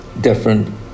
different